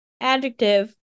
adjective